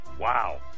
Wow